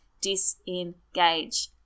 disengage